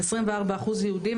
על 24 אחוז יהודים,